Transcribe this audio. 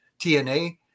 TNA